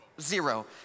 Zero